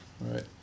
Right